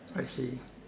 I see